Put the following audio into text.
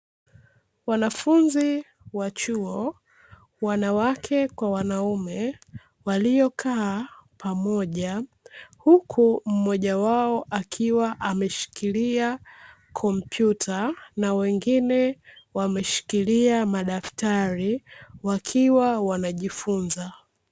Wanafunzi wa chuo, wanawake kwa wanaume waliokaa pamoja, huku mmoja wao akiwa ameshikilia kompyuta na wengine wameshikilia madaftari, wakiwa wanajifunza.